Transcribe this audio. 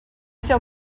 feel